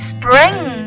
Spring